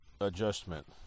adjustment